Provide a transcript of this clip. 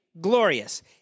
glorious